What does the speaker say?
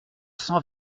cent